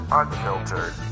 unfiltered